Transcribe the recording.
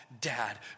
dad